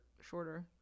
shorter